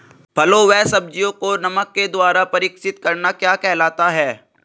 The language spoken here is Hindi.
फलों व सब्जियों को नमक के द्वारा परीक्षित करना क्या कहलाता है?